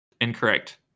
Incorrect